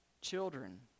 children